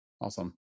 Awesome